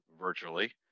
virtually